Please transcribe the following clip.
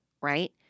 Right